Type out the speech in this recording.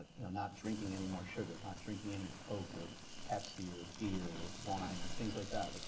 ah you know not drinking anymore sugar, not drinking any coke or pepsi or beer or wine or things like that. like